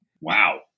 Wow